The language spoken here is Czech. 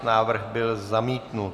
Návrh byl zamítnut.